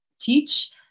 teach